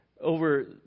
over